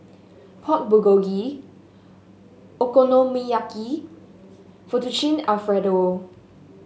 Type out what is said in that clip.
Pork Bulgogi Okonomiyaki Fettuccine Alfredo